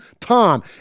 Tom